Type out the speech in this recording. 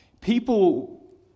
People